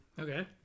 okay